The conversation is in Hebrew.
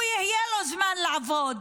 יהיה לו זמן לעבוד,